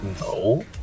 No